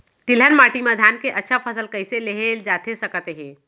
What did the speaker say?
तिलहन माटी मा धान के अच्छा फसल कइसे लेहे जाथे सकत हे?